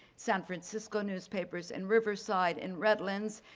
san francisco newspapers in riverside, in redlands,